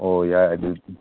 ꯍꯣ ꯌꯥꯏ ꯑꯗꯨ